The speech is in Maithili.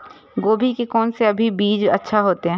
गोभी के कोन से अभी बीज अच्छा होते?